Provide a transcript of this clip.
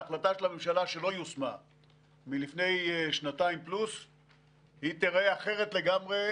ההחלטה של הממשלה שלא יושמה מלפני שנתיים פלוס תיראה אחרת לגמרי.